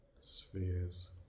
spheres